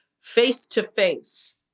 face-to-face